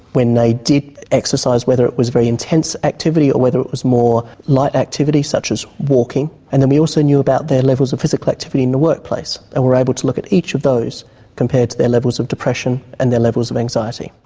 when they did exercise whether it was very intense activity or whether it was more light activity such as walking and then we also knew about their levels of physical activity in the workplace and were able to look at each of those compared to their levels of depression and their levels of anxiety.